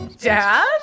Dad